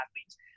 athletes